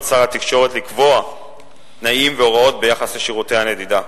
שר התקשורת לקבוע תנאים והוראות ביחס לשירותי הנדידה.